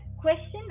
question